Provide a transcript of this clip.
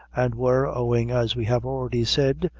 and were owing, as we have already said,